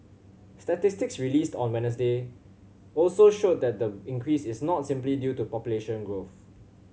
statistics released on Wednesday also showed that the increase is not simply due to population growth